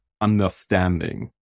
understanding